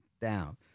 down